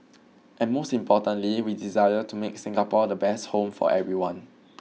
and most importantly we desire to make Singapore the best home for everyone